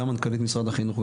גם מנכ"לית משרד החינוך,